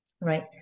right